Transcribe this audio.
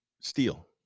steel